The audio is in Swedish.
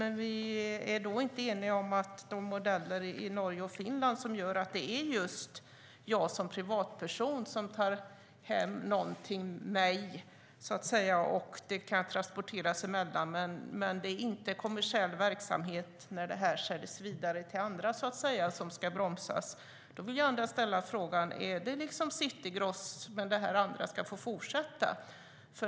Men vi är inte eniga om de modeller som finns i Norge och Finland och att det är jag som privatperson som tar hem något till mig. Det kan transporteras emellan, men det är inte kommersiell verksamhet när det säljs vidare till andra som ska bromsas. Jag vill ställa frågan: Är det City Gross och det andra som ska få fortsätta?